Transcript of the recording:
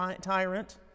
tyrant